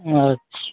अच्छा